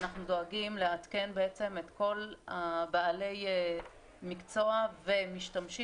אנחנו דואגים לעדכן בעצם את כל בעלי המקצוע והמשתמשים,